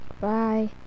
Bye